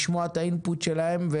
לשמוע את האינפוט שלהם,